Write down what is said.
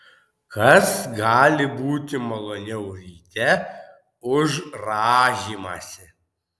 kas gali būti maloniau ryte už rąžymąsi